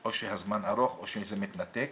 או שהזמן ארוך או שזה מתנתק.